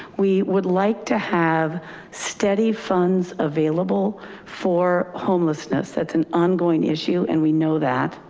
we would like to have steady funds available for homelessness. that's an ongoing issue, and we know that.